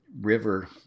river